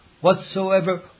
whatsoever